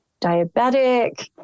diabetic